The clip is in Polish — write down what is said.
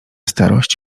starość